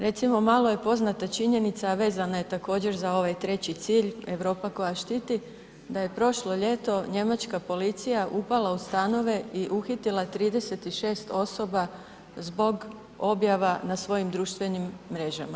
Recimo malo je poznata činjenica a vezana je također za ovaj treći cilj, Europa koja štiti da je prošlo ljeto njemačka policija upala u stanove i uhitila 36 osoba zbog objava na svojim društvenim mrežama.